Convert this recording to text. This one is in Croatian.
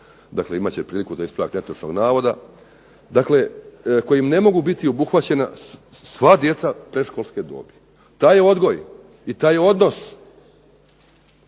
Dakle, imat će priliku za ispravak netočnog navoda. Dakle, kojim ne mogu biti obuhvaćena sva djeca predškolske dobi. Taj odgoj i taj odnos,